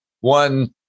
one